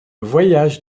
voyage